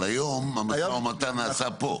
אבל היום המשא-ומתן נעשה פה.